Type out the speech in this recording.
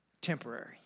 temporary